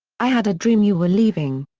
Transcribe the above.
i had a dream you were leaving.